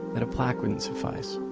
that a plaque wouldn't' suffice.